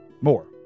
More